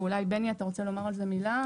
ואולי בני, אתה רוצה לומר על זה מילה?